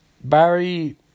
Barry